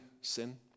sin